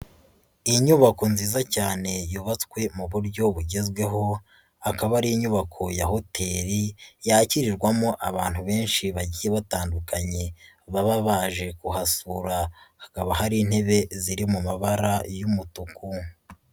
Inyubako nziza cyane yubatswe mu buryo bugezweho, akaba ari inyubako ya hoteli yakirirwamo abantu benshi bagiye batandukanye baba baje kuhasura, hakaba hari intebe ziri mu mabara y'umutuku.